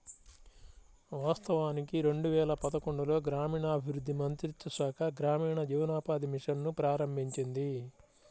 వాస్తవానికి రెండు వేల పదకొండులో గ్రామీణాభివృద్ధి మంత్రిత్వ శాఖ గ్రామీణ జీవనోపాధి మిషన్ ను ప్రారంభించింది